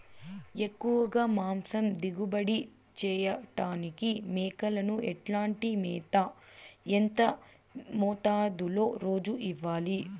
ఎక్కువగా మాంసం దిగుబడి చేయటానికి మేకలకు ఎట్లాంటి మేత, ఎంత మోతాదులో రోజు ఇవ్వాలి?